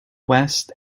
west